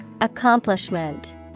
Accomplishment